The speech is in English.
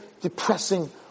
depressing